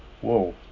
Whoa